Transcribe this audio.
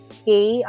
okay